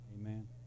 amen